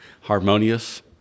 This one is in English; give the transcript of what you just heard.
Harmonious